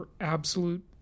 absolute